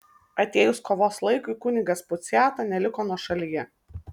atėjus kovos laikui kunigas puciata neliko nuošalyje